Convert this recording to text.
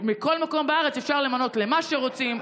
מכל מקום בארץ אפשר למנות למה שרוצים,